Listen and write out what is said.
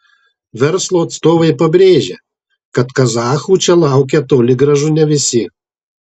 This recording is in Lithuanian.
verslo atstovai pabrėžia kad kazachų čia laukia toli gražu ne visi